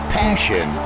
passion